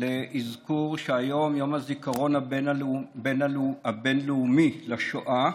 להזכיר שהיום הוא יום הזיכרון הבין-לאומי לשואה.